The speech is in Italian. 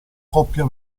coppia